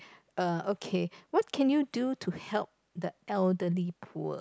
err okay what can you do to help the elderly poor